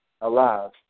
alive